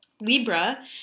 Libra